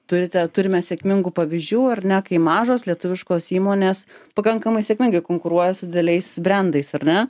turite turime sėkmingų pavyzdžių ar ne kai mažos lietuviškos įmonės pakankamai sėkmingai konkuruoja su dideliais brendais ar ne